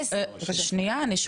דמייני לי איך זה נראה,